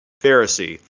Pharisee